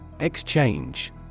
Exchange